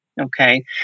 Okay